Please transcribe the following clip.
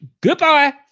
goodbye